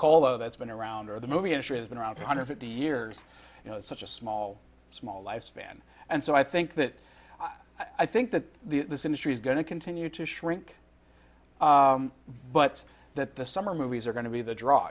cola that's been around or the movie industry has been around two hundred fifty years you know such a small small lifespan and so i think that i think that the this industry is going to continue to shrink but that the summer movies are going to be the draw